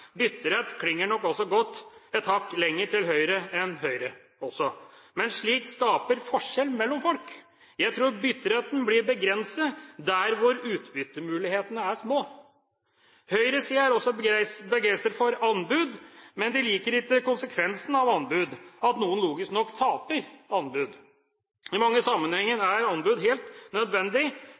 Bytterett klinger nok også godt et hakk lenger til høyre for Høyre. Men slikt skaper forskjeller mellom folk. Jeg tror bytteretten blir begrenset der hvor utbyttemulighetene er små. Høyresiden er også begeistret for anbud, men de liker ikke konsekvensene av anbud – at noen logisk nok taper anbud. I mange sammenhenger er anbud helt nødvendig,